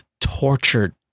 tortured